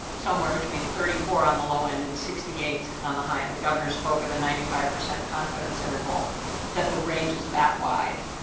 somewhere between thirty four on the low end and sixty eight on the high end. the governor spoke of the ninety five percent confidence interval that the range is that wide.